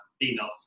female